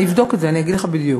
אני אבדוק את זה ואגיד לך בדיוק.